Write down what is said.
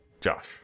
Josh